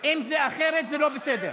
אם זה אחרת זה לא בסדר.